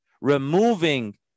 removing